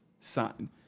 sign